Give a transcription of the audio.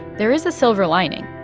there is a silver lining.